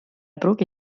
pruugi